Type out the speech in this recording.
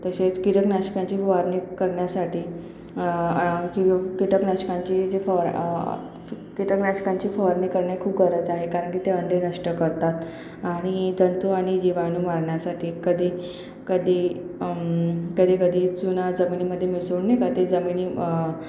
तसेच कीटकनाशकांची फवारणी करण्यासाठी कीटकनाशकांची जी फवार कीटकनाशकांची फवारणी करणे खूप गरज आहे कारण की ते अंडे नष्ट करतात आणि जंतू आणि जीवाणू मारण्यासाठी कधी कधी कधी कधी चुना जमिनीमध्ये मिसळून नाही का ते जमिनीम